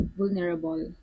vulnerable